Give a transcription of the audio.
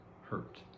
hurt